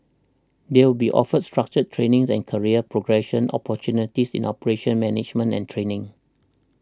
they will be offered structured training and career progression opportunities in operations management and training